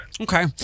Okay